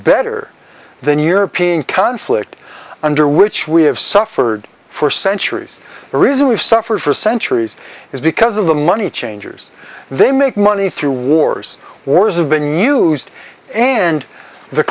better than european conflict under which we have suffered for centuries the reason we've suffered for centuries is because of the money changers they make money through wars wars have been used and the